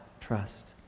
trust